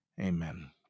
Amen